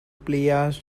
players